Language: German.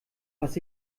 was